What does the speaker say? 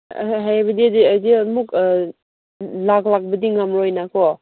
ꯍꯥꯏꯕꯗꯤ ꯑꯩꯗꯤ ꯑꯃꯨꯛ ꯂꯥꯛꯄꯗꯤ ꯉꯝꯃꯔꯣꯏꯅꯀꯣ